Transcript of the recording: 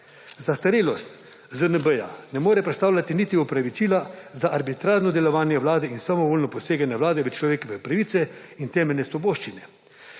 Zastarelost ZNB ne more predstavljati niti opravičila za arbitrarno delovanje vlade in samovoljno poseganje vlade v človekove pravice in temeljne svoboščine,